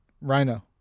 Rhino